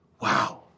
Wow